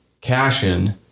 Cashin